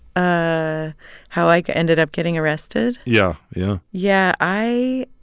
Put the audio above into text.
ah how i ended up getting arrested? yeah, yeah yeah. i